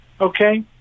Okay